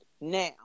Now